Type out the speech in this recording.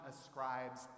ascribes